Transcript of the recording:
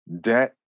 debt